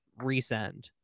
resend